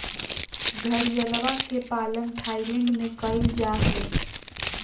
घड़ियलवा के पालन थाईलैंड में कइल जाहई